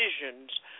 decisions